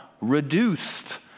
reduced